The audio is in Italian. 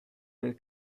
nel